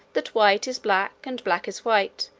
that white is black, and black is white,